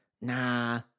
nah